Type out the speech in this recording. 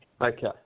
Okay